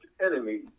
enemy